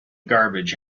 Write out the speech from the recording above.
garbage